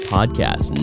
Podcast